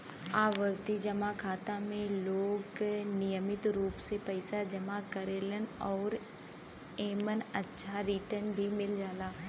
आवर्ती जमा खाता में लोग नियमित रूप से पइसा जमा करेलन आउर एमन अच्छा रिटर्न भी मिल जाला